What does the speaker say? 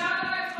הוא קורא לך שקרן,